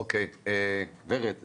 ורד, בבקשה.